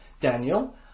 Daniel